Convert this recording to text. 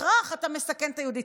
בהכרח אתה מסכן את היהודית.